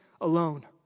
alone